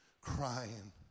crying